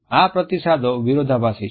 આ પ્રતિસાદો વિરોધાભાસી છે